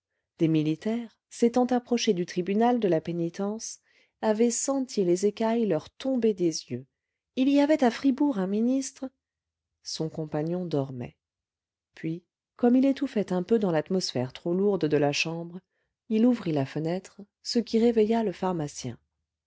des militaires s'étant approchés du tribunal de la pénitence avaient senti les écailles leur tomber des yeux il y avait à fribourg un ministre son compagnon dormait puis comme il étouffait un peu dans l'atmosphère trop lourde de la chambre il ouvrit la fenêtre ce qui réveilla le pharmacien